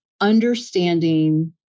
understanding